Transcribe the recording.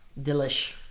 Delish